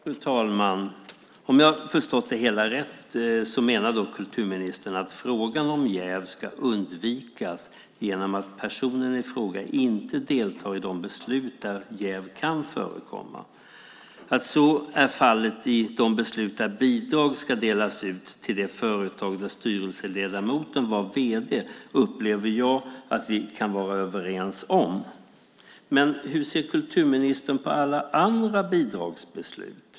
Fru talman! Om jag har förstått det hela rätt menar kulturministern att frågan om jäv ska undvikas genom att personen i fråga inte deltar i de beslut där jäv kan förekomma. Att så är fallet i de beslut där bidrag ska delas ut till det företag där styrelseledamoten var vd upplever jag att vi kan vara överens om. Men hur ser kulturministern på alla andra bidragsbeslut?